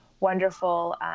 wonderful